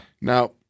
Now